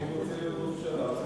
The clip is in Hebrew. אם הוא רוצה להיות ראש הממשלה,